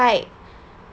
like